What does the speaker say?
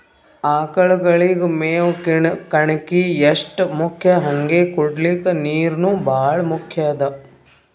ಆಕಳಗಳಿಗ್ ಮೇವ್ ಕಣಕಿ ಎಷ್ಟ್ ಮುಖ್ಯ ಹಂಗೆ ಕುಡ್ಲಿಕ್ ನೀರ್ನೂ ಭಾಳ್ ಮುಖ್ಯ ಅದಾ